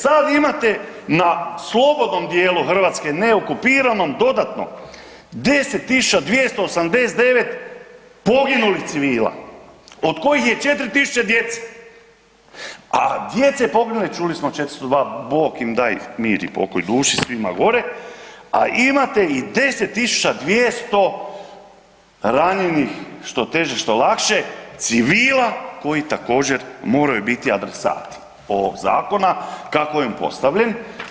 E sad imate na slobodnom dijelu Hrvatske, neokupiranom dodatno 10.289 poginulih civila od kojih je 4.000 djece, a djece poginule čuli smo 402 Bog im daj mir i pokoj duši svima gore, a imate ih 10.200 ranjenih što teže što lakše civila koji također moraju biti adresati ovog zakona kako je on postavljen.